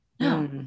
No